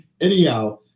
Anyhow